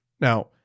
Now